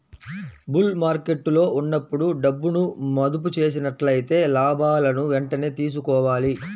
bull మార్కెట్టులో ఉన్నప్పుడు డబ్బును మదుపు చేసినట్లయితే లాభాలను వెంటనే తీసుకోవాలి